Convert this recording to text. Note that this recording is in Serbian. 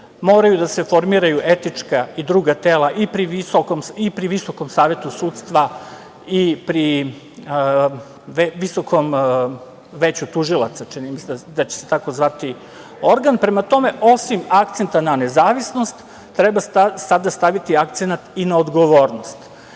Moraju da se formiraju etička i druga tela i pri Visokom savetu sudstva i pri Visokom veću tužilaca, čini mi se da će se tako zvati organ. Prema tome, osim akcenta na nezavisnost, treba sada staviti akcenat i na odgovornost